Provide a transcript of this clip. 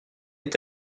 est